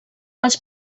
els